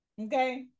okay